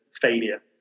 failure